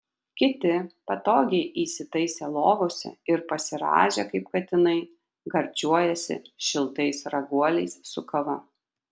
kiti patogiai įsitaisę lovose ir pasirąžę kaip katinai gardžiuojasi šiltais raguoliais su kava